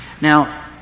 Now